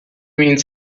minutes